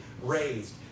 raised